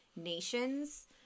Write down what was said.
nations